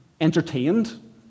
entertained